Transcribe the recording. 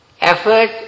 Effort